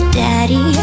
daddy